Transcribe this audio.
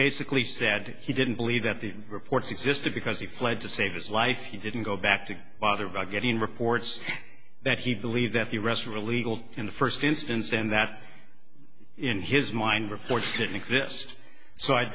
basically said he didn't believe that the reports existed because he fled to save his life he didn't go back to bother about getting reports that he believed that the rest were legal in the first instance and that in his mind reports didn't exist so i